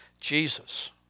Jesus